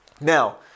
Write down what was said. Now